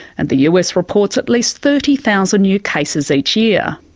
and the us reports at least thirty thousand new cases each year.